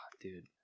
dude